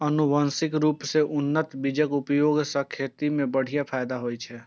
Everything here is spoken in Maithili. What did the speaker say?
आनुवंशिक रूप सं उन्नत बीजक उपयोग सं खेती मे बढ़िया फायदा होइ छै